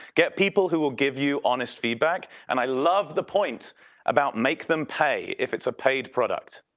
get people who will give you honest feedback, and i love the point about make them pay, if it's a paid product.